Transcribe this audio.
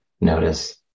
notice